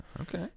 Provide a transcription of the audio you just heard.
Okay